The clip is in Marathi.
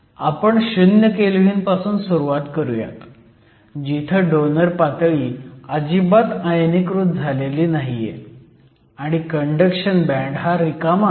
आपण 0 केल्व्हीन पासून सुरुवात करूयात जिथं डोनर पातळी अजिबात आयनीकृत झालेली नाहीये आणि कंडक्शन बँड हा रिकामा आहे